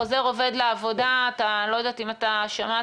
חוזר עובד לעבודה אני לא יודעת אם אתה שמעת,